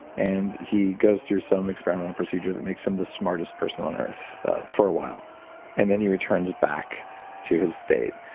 and he goes through some experimental procedures makes him the smartest person on earth for a while and then he returns back to his state.